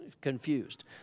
confused